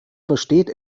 versteht